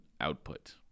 output